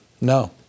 no